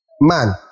Man